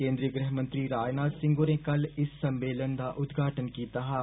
केन्द्री गृहमंत्री राजनाथ सिंह होरे कल इस सम्मेलन दा उदघाटन कीता हा